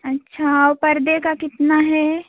अच्छा और पर्दे का कितना है